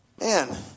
Man